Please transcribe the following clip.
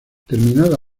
terminada